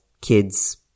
kids